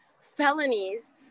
felonies